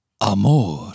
Amor